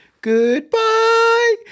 goodbye